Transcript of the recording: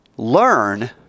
Learn